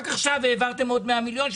רק עכשיו העברתם עוד 100 מיליון.